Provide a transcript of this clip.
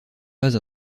pas